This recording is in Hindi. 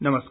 नमस्कार